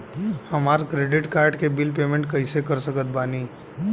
हमार credit card के bill payment कइसे कर सकत बानी?